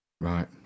Right